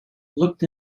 looked